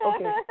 Okay